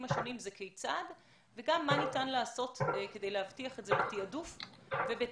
השונים היא כיצד וגם מה ניתן לעשות כדי להבטיח את זה בתעדוף ובתקצוב.